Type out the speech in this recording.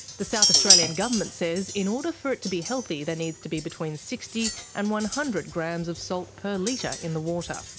the south australia government says in order for it to be healthy there needs to be between sixty and one hundred grams of salt per litre in the water.